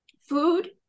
food